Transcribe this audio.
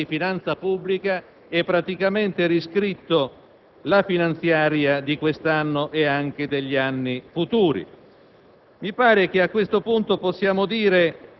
Non condivido i profeti di sventura che anche in quest'Aula hanno detto che ciò genererà ulteriori contenziosi: no, in questo modo si va a sistemare